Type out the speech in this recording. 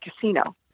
casino